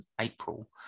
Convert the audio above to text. April